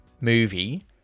movie